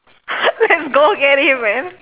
let's go get him man